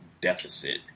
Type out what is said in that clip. deficit